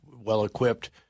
well-equipped –